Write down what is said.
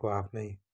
उहाँहरूको आफ्नै